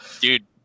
dude